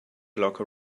locker